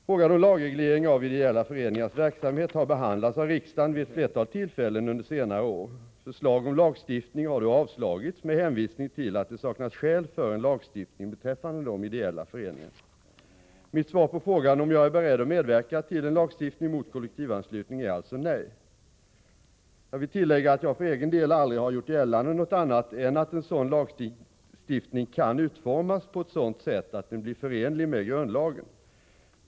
Frågan om lagreglering av ideella föreningars verksamhet har behandlats av riksdagen vid ett flertal tillfällen under senare år. Förslag om lagstiftning har då avslagits med hänvisning till att det saknas skäl för en lagstiftning beträffande de ideella föreningarna. Mitt svar på frågan, om jag är beredd att medverka till en lagstiftning mot kollektivanslutning, är alltså nej. Jag vill tillägga att jag för egen del aldrig har gjort gällande något annat än att en sådan'lagstiftning kan utformas på ett sådant sätt att den blir förenlig med grundlagen.